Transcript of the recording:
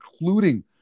including